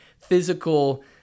physical